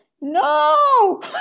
no